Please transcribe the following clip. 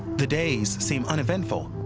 the days seem uneventful,